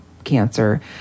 cancer